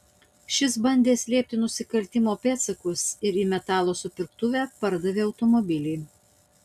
šis bandė slėpti nusikaltimo pėdsakus ir į metalo supirktuvę pardavė automobilį